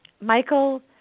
Michael